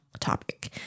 Topic